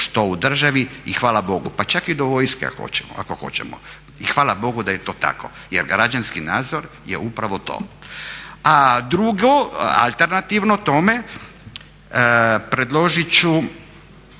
što u državu, i hvala Bogu pa čak i do vojske ako hoćemo, i hvala Bogu da je to tako jer građanski nadzor je upravo to. A drugo alternativno tome predložit ću,